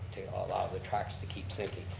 to allow the tracks to keep sinking?